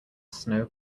snow